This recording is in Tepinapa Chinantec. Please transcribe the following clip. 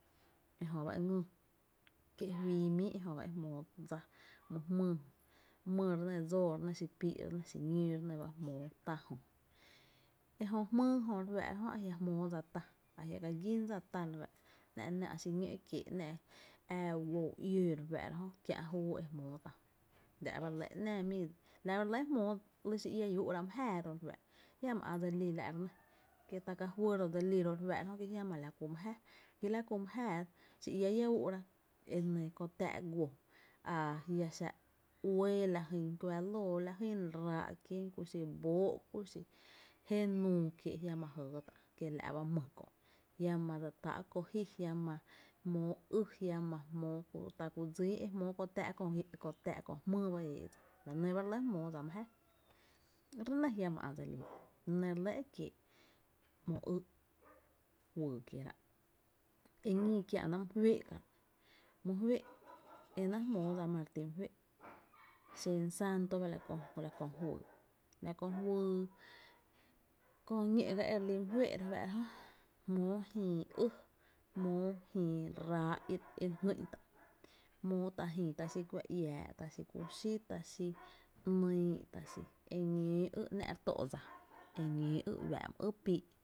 Ejö ba e ngyy kié’ juii mii e jö ba e jmóo dsa my jmÿÿ, mý re nɇ, dsoo re nɇ, xi píi’ re nɇ, xiñóo re nɇ ba jmóo tá jö, e jö jmýy jö re fáá’ra jö a jia’ jmóo dsa tá’ ajia ka gín dsa tá re fáá’ra, ‘nⱥ’ náá’ xiñó’ kie’, ‘nⱥ’ äá u guo u iǿǿ kiä’ júu e jmóo tá’ jö la’ ba lɇ e ‘naa, la’ ba re lɇ e jmóo ‘ly xi iá ia ü’ra mi jáaá, jiama ä’ dse lí la’ re nɇ, kie’ ta ka juy bi ga dseli ro’ re fáá’ra jö nɇ jiama la kú my jáaá ki la kú my jáaá xi iá ia ü’ra kö táá’ guo a jia’ xa uɇɇ la jy kuá lóoó la jyn ráá’ kien, ku xí jenuu, kuxi bóo’ kié’ jiama jɇɇ kiela’ ba my kö’ jiama dse táá’ kó ji, jiama jmóo ý, ta ku dsíí e jmóo ko táá’ kö jmýy ba éé’ dsa la nɇ ba re lɇ jmóo dsa my jáá, re nɇ jiama ä’ dse lí la’, la nɇ re lɇ e kie’ ‘mo ýy’ juyy kieerá’. Eñii kiä’na my féé’ ká’ re nɇ, my féé’, enáá’ jmóo dsa ma re ti my féé’ xen santo ba la kö juyy, la kö juyy, kö ñó’ ga e re lí my féé’ re fáá’ra jö, jmóo jïï ý, jmóó jïï ráá’ i re jngÿ’n tá’ jmóo ta jïï ta xi kuá iää’ ta xí ku xí ta xi ‘nyy’ ta xí, eñóo ý ‘nⱥ’ re tó’ tá’ e ñóo y uⱥⱥ’ my ý píi’.